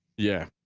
yeah,